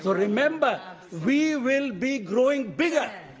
remember we will be growing bigger.